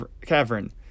cavern